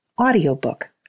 audiobook